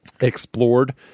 explored